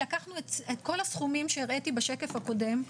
לקחנו את כל הסכומים שהראיתי בשקף הקודם,